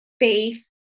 faith